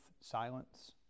silence